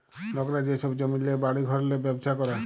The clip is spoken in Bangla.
লকরা যে ছব জমিল্লে, বাড়ি ঘরেল্লে ব্যবছা ক্যরে